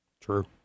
True